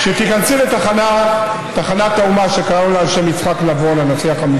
עבור הנשים שקולן אינו נשמע,